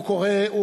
הוא קורא רק,